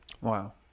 wow